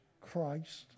Christ